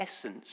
essence